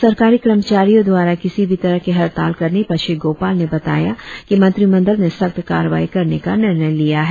सरकारी कर्मचारियों द्वारा किसी भी तरह के हड़ताल करने पर श्री गोपाल ने बताया कि मंत्रिमंडल ने सख्त कार्रवाई करने का निर्णय लिया है